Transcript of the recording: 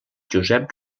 josep